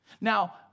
Now